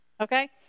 okay